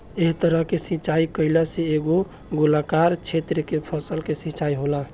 एह तरह के सिचाई कईला से एगो गोलाकार क्षेत्र के फसल के सिंचाई होला